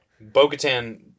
Bo-Katan